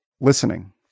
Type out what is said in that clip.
listening